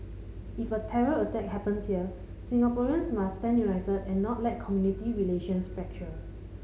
if a terror attack happens here Singaporeans must stand united and not let community relations fracture